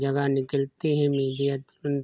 जगह निकलती है मीडिया तुरन्त